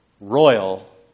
royal